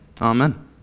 amen